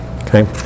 Okay